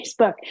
facebook